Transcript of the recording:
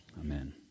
Amen